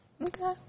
okay